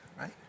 right